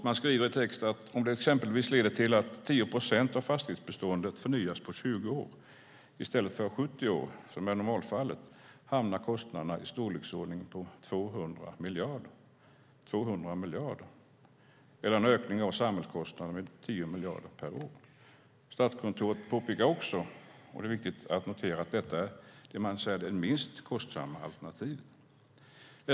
Man skriver i texten att om detta exempelvis leder till att 10 procent av fastighetsbeståndet förnyas på 20 år i stället för på 70 år som är normalfallet hamnar kostnaderna i storleksordningen 200 miljarder eller en ökning av samhällskostnaderna med 10 miljarder per år. Statskontoret påpekar också att detta är det minst kostsamma alternativet. Det är viktigt att notera.